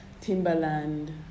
timberland